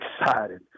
excited